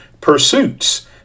pursuits